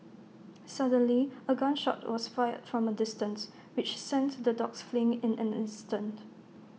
suddenly A gun shot was fired from A distance which sent the dogs fleeing in an instant